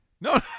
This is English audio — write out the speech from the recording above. No